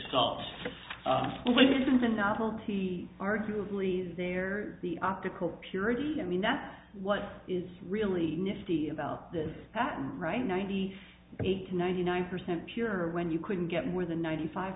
a novelty arguably zehr the optical purity i mean that's what is really nifty about that is that right ninety eight ninety nine percent pure when you couldn't get more than ninety five